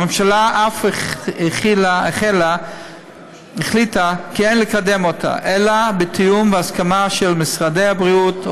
הממשלה אף החליטה כי אין לקדם אותה אלא בתיאום והסכמה של משרדי הבריאות,